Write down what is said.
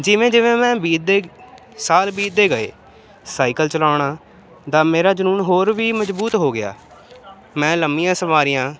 ਜਿਵੇਂ ਜਿਵੇਂ ਮੈਂ ਬੀਤਦੇ ਸਾਲ ਬੀਤਦੇ ਗਏ ਸਾਈਕਲ ਚਲਾਉਣ ਦਾ ਮੇਰਾ ਜਨੂੰਨ ਹੋਰ ਵੀ ਮਜ਼ਬੂਤ ਹੋ ਗਿਆ ਮੈਂ ਲੰਮੀਆਂ ਸਵਾਰੀਆਂ